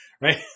right